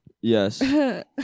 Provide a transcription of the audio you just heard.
Yes